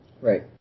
Right